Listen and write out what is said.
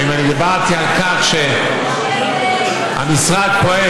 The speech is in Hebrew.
ואם דיברתי על כך שהמשרד פועל,